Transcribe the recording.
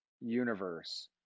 universe